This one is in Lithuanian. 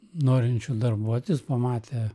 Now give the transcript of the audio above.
norinčių darbuotis pamatė